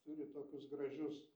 turi tokius gražius